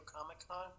Comic-Con